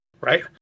Right